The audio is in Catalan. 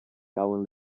cauen